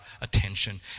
attention